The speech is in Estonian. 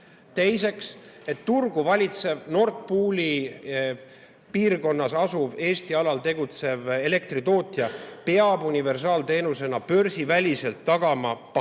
Teiseks, et turgu valitsev Nord Pooli piirkonnas asuv Eesti alal tegutsev elektritootja peab universaalteenusena börsiväliselt tagama paketivõimaluse